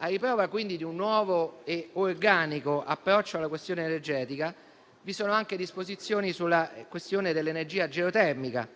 A riprova di un nuovo e organico approccio alla questione energetica, vi sono anche disposizioni sulla questione dell'energia geotermica,